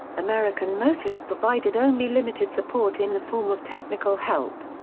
american motors provided only limited support in the form of technical help.